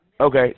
Okay